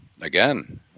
again